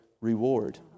reward